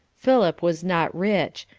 philip was not rich,